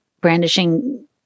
brandishing